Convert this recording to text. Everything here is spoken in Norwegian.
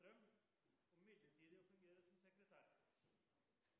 Strøm, om midlertidig å fungere som sekretær.